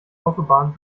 autobahn